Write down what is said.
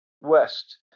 West